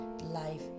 life